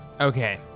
Okay